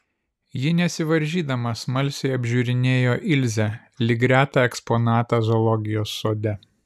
ji nesivaržydama smalsiai apžiūrinėjo ilzę lyg retą eksponatą zoologijos sode